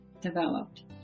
developed